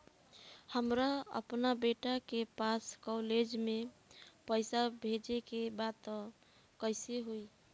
हमरा अपना बेटा के पास कॉलेज में पइसा बेजे के बा त कइसे होई?